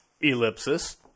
ellipsis